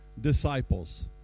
disciples